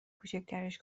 کوچیکترش